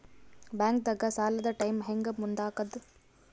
ಬ್ಯಾಂಕ್ದಾಗ ಸಾಲದ ಟೈಮ್ ಹೆಂಗ್ ಮುಂದಾಕದ್?